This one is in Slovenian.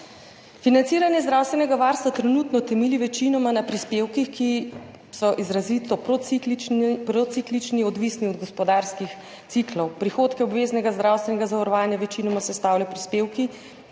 Financiranje zdravstvenega varstva trenutno temelji večinoma na prispevkih, ki so izrazito prociklični, odvisni od gospodarskih ciklov. Prihodke obveznega zdravstvenega zavarovanja večinoma sestavljajo prispevki